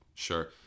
sure